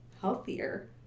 healthier